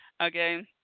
Okay